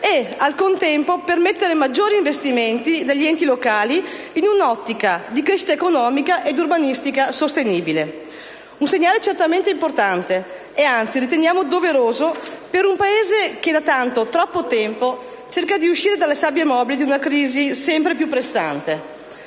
e, al contempo, di permettere maggiori investimenti degli enti locali in un'ottica di crescita economica ed urbanistica sostenibile. Un segnale certamente importante (che anzi riteniamo doveroso) per un Paese che da tanto, troppo tempo cerca di uscire dalle sabbie mobili di una crisi sempre più pressante.